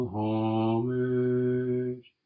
homage